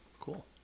cool